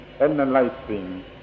analyzing